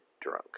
drunk